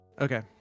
Okay